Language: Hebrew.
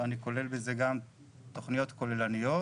אני כולל בזה גם תכניות כוללניות,